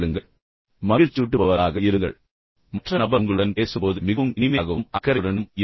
இதன் பொருள் மிகவும் மகிழ்ச்சியூட்டுபவராக இருங்கள் மற்ற நபர் உங்களுடன் பேசும்போது மிகவும் இனிமையாகவும் அக்கறையுடனும் இருங்கள்